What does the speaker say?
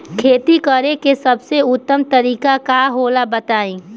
खेती करे के सबसे उत्तम तरीका का होला बताई?